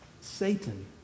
Satan